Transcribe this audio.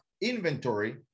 inventory